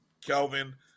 Kelvin